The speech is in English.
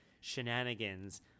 shenanigans